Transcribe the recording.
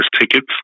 tickets